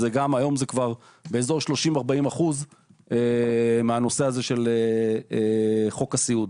היום זה כבר אזור ה- 30% או 40% מהנושא של חוק הסיעוד.